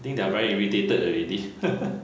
think they are very irritated already